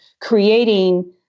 creating